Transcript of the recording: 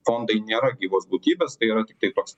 fondai nėra gyvos būtybės tai yra tai toks